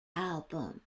album